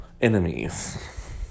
enemies